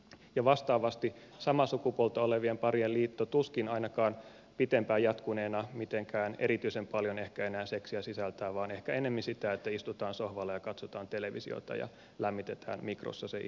ja vastaavasti samaa sukupuolta olevien parien liitto tuskin ainakaan pitempään jatkuneena mitenkään erityisen paljon ehkä enää seksiä sisältää vaan ehkä ennemmin sitä että istutaan sohvalla katsotaan televisiota ja lämmitetään mikrossa se illan ateria